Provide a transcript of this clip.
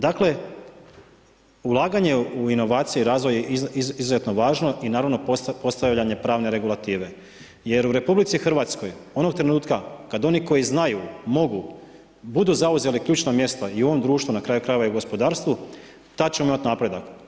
Dakle ulaganje u inovacije i razvoj je izuzetno važno i naravno postavljanje pravne regulative jer u RH onog trenutka kada oni koji znaju, mogu budu zauzeli ključna mjesta i u ovom društvu na kraju krajeva i u gospodarstvu tada ćemo imati napredak.